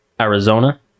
Arizona